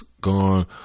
gone